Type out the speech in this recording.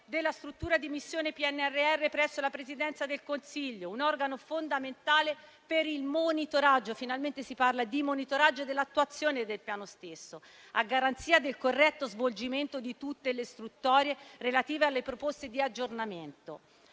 della struttura di missione PNRR presso la Presidenza del Consiglio, un organo fondamentale per il monitoraggio (finalmente si parla di monitoraggio) e l'attuazione del piano stesso, a garanzia del corretto svolgimento di tutte le istruttorie relative alle proposte di aggiornamento.